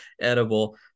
edible